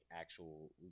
actual